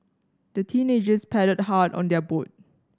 the teenagers paddled hard on their boat